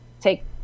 take